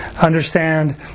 understand